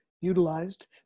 utilized